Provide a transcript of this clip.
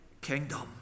kingdom